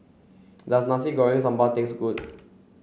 does Nasi Goreng Sambal taste good